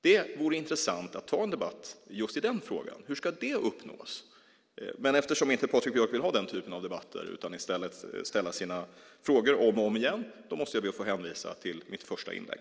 Det vore intressant att ha en debatt i just den frågan, alltså hur det ska uppnås. Men eftersom Patrik Björck inte vill ha den typen av debatt utan i stället ställer sina frågor om och om igen måste jag be att få hänvisa till mitt första inlägg.